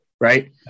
Right